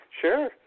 sure